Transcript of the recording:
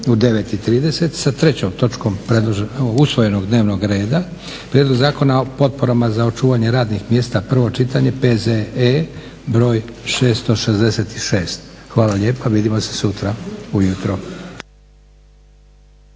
u 9,30 sa 3. točkom usvojenog dnevnog reda. - Prijedlog zakona o potporama za očuvanje radnih mjesta, prvo čitanje, P.Z.E., br. 666 Hvala lijepa. Vidimo se sutra ujutro.